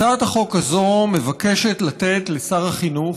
הצעת החוק הזאת מבקשת לתת לשר החינוך,